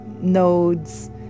nodes